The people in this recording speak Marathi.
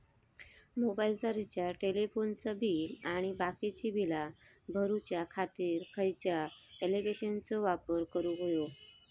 मोबाईलाचा रिचार्ज टेलिफोनाचा बिल आणि बाकीची बिला भरूच्या खातीर खयच्या ॲप्लिकेशनाचो वापर करूक होयो?